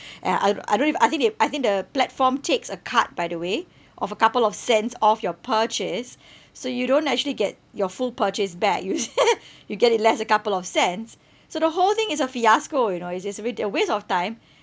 and I I don't eve~ I think they I think the platform takes a cut by the way of a couple of cents of your purchase so you don't actually get your full purchase back you see you get it less a couple of cents so the whole thing is a fiasco you know it's just wait~ a waste of time